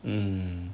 mm